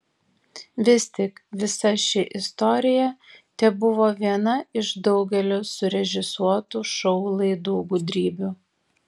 vis tik visa ši istorija tebuvo viena iš daugelio surežisuotų šou laidų gudrybių